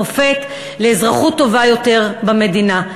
מופת לאזרחות טובה יותר במדינה.